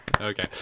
okay